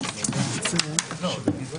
אני מודה